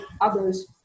others